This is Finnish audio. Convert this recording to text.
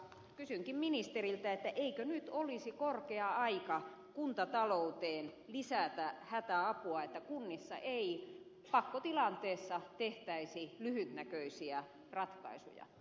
kysynkin ministeriltä eikö nyt olisi korkea aika kuntatalouteen lisätä hätäapua että kunnissa ei pakkotilanteessa tehtäisi lyhytnäköisiä ratkaisuja